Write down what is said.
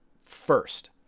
first